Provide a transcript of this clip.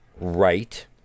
right